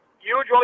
usually